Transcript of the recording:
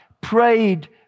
prayed